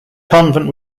convent